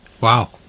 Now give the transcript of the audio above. Wow